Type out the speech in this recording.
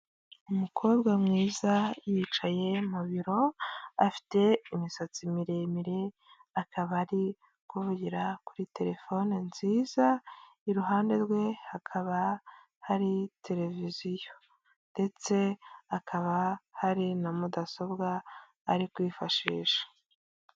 Umukobwa mwiza yicaye mu biro afite imisatsi miremire akaba ari kuvugira kuri telefone nziza, iruhande rwe hakaba hari televiziyo ndetse akaba hari na mudasobwa ari kwifashisha.